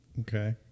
Okay